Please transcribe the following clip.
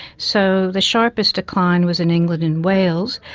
so, the sharpest decline was in england and wales,